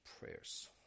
prayers